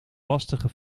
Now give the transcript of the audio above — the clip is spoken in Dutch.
lastige